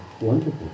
wonderful